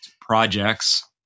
projects